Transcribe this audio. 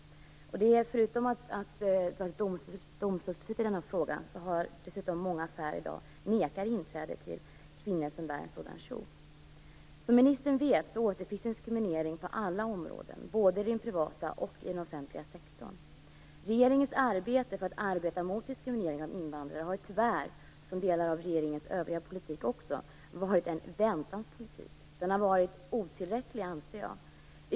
Förutom att det finns ett domstolsbeslut i denna fråga är det många affärer i dag som nekar att ge tillträde åt kvinnor som bär en sådan kjol. Som ministern vet återfinns diskriminering på alla områden, både i den privata och i den offentliga sektorn. Regeringens arbete mot diskriminering av invandrare har tyvärr, liksom även andra delar av regeringens politik, varit en väntans politik. Det har varit otillräckligt, anser jag.